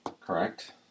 Correct